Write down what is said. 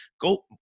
go